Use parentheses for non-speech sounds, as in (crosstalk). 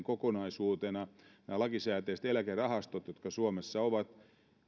(unintelligible) kokonaisuutena myöskin lakisääteiset eläkerahastot jotka suomessa ovat